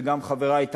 וגם חברי,